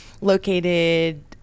located